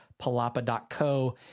Palapa.co